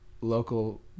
local